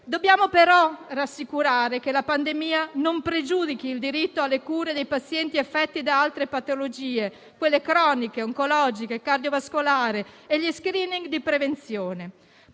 Dobbiamo però assicurare che la pandemia non pregiudichi il diritto alle cure dei pazienti affetti da altre patologie (croniche, oncologiche, cardiovascolari) e gli *screening* di prevenzione.